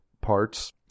parts